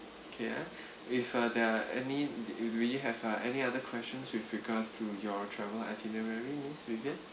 K ah if uh there are any do you have any other questions with regards to your travel itinerary means with it